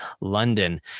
London